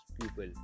people